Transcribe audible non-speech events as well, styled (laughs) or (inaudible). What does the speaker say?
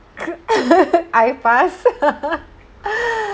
(laughs) I pass (laughs)